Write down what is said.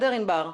תודה.